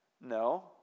no